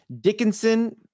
Dickinson